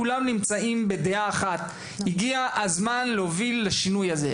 כולם נמצאים בדעה אחת- הגיע הזמן להוביל לשינוי הזה.